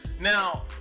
Now